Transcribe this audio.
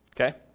Okay